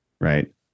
Right